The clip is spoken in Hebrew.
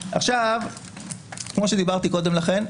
כמו שדיברתי קודם לכן,